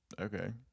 Okay